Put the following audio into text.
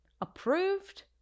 approved